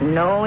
no